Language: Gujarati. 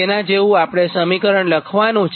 તેનાં જેવું સમીકરણ આપણે લખવાનું છે